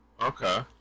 Okay